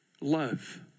love